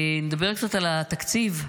נדבר קצת על התקציב.